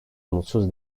mutsuz